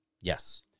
Yes